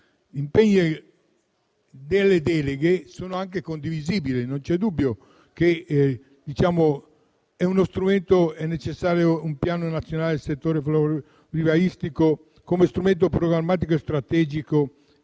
previsti nelle deleghe sono anche condivisibili: non vi è dubbio, ad esempio, che sia necessario un piano nazionale del settore florovivaistico come strumento programmatico e strategico.